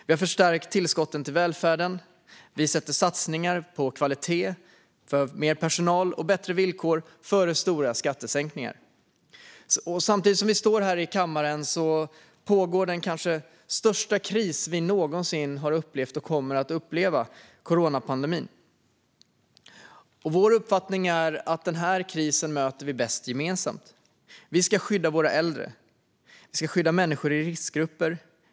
Vi har förstärkt tillskotten till välfärden, och vi sätter satsningar på kvalitet, mer personal och bättre villkor före stora skattesänkningar. Samtidigt som vi står här i kammaren pågår den kanske största kris vi någonsin har upplevt och kommer att uppleva: coronapandemin. Vår uppfattning är att den här krisen möter vi bäst gemensamt. Vi ska skydda våra äldre, och vi ska skydda människor i riskgrupper.